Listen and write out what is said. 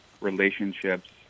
relationships